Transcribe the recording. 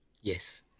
Yes